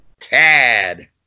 Tad